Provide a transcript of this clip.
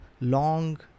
long